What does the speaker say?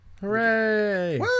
hooray